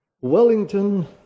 Wellington